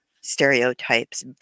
stereotypes